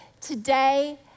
today